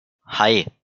hei